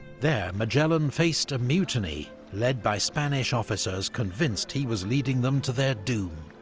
there magellan faced a mutiny led by spanish officers convinced he was leading them to their doom.